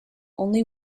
only